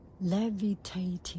levitating